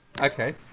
Okay